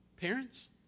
Parents